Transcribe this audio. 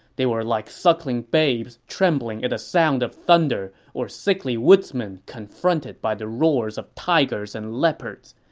they were like suckling babes trembling at the sound of thunder or sickly woodsmen confronted by the roars of tigers and leopards.